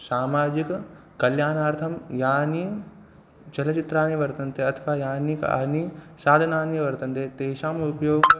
सामाजिककल्याणार्थं यानि चलच्चित्राणि वर्तन्ते अथवा यानि कानि साधनानि वर्तन्ते तेषाम् उपयोगं